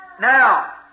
Now